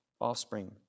offspring